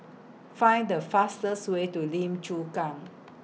Find The fastest Way to Lim Chu Kang